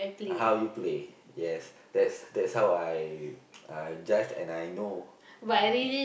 how you play yes that's that's how I uh judge and I know